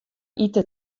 ite